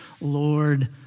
Lord